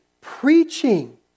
preaching